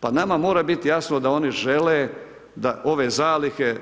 Pa nama mora bit jasno da oni žele da ove zalihe